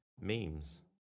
memes